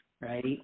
right